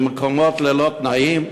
במקומות ללא תנאים?